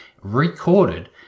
recorded